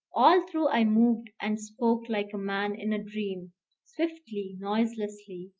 all through i moved and spoke like a man in a dream swiftly, noiselessly,